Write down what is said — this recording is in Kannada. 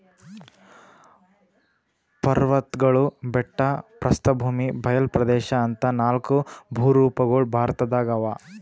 ಪರ್ವತ್ಗಳು ಬೆಟ್ಟ ಪ್ರಸ್ಥಭೂಮಿ ಬಯಲ್ ಪ್ರದೇಶ್ ಅಂತಾ ನಾಲ್ಕ್ ಭೂರೂಪಗೊಳ್ ಭಾರತದಾಗ್ ಅವಾ